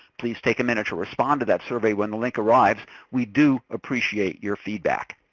please take a minute to respond to that survey when the link arrives. we do appreciate your feedback.